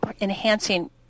enhancing